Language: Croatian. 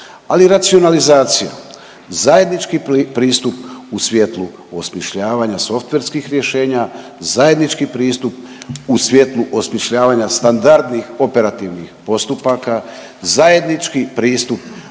i racionalizacija, zajednički pristup u svjetlu osmišljavanja softverskih rješenja, zajednički pristup u svjetlu osmišljavanja standardnih operativnih postupaka, zajednički pristup